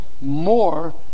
more